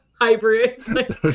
hybrid